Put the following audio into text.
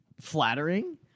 flattering